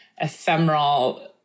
ephemeral